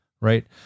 right